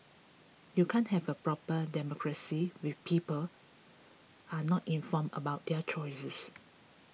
you can't have a proper democracy when people are not informed about their choices